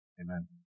Amen